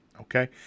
Okay